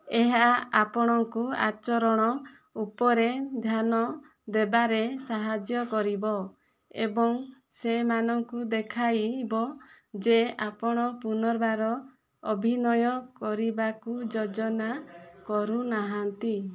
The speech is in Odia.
ଏହା ଆପଣଙ୍କୁ ଆଚରଣ ଉପରେ ଧ୍ୟାନ ଦେବାରେ ସାହାଯ୍ୟ କରିବ ଏବଂ ସେମାନଙ୍କୁ ଦେଖାଇବ ଯେ ଆପଣ ପୁନର୍ବାର ଅଭିନୟ କରିବାକୁ ଯୋଜନା କରୁନାହାଁନ୍ତି